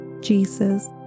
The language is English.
Jesus